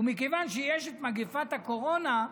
ומכיוון שיש את מגפת הקורונה,